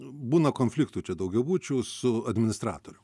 būna konfliktų čia daugiabučių su administratorium